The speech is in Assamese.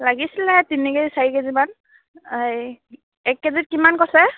লাগিছিলে তিনি কেজি চাৰি কেজিমান এই এক কেজিত কিমান কৈছে